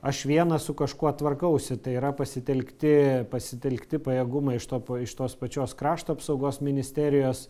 aš vienas su kažkuo tvarkausi tai yra pasitelkti pasitelkti pajėgumai iš to tos pačios krašto apsaugos ministerijos